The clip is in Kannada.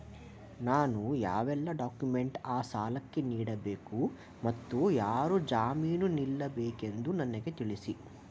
ನಾನು ಯಾವೆಲ್ಲ ಡಾಕ್ಯುಮೆಂಟ್ ಆ ಸಾಲಕ್ಕೆ ನೀಡಬೇಕು ಮತ್ತು ಯಾರು ಜಾಮೀನು ನಿಲ್ಲಬೇಕೆಂದು ನನಗೆ ತಿಳಿಸಿ?